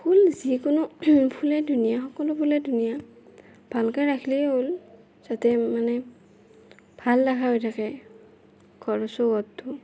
ফুল যিকোনো ফুলে ধুনীয়া সকলো ফুলে ধুনীয়া ভালকৈ ৰাখিলেই হ'ল যাতে মানে ভাল দেখা হৈ থাকে ঘৰৰ চৌহদটো